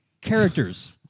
Characters